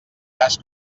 cas